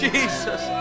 Jesus